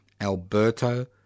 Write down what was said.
Alberto